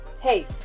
Hey